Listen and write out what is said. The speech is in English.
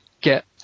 get